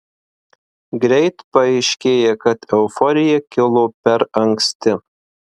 greit paaiškėja kad euforija kilo per anksti